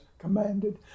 commanded